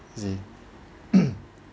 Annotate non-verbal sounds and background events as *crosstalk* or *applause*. you see *noise*